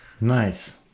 nice